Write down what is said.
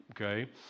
okay